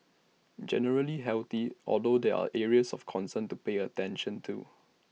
generally healthy although there are areas of concern to pay attention to